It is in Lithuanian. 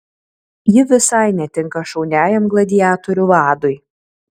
ji visai netinka šauniajam gladiatorių vadui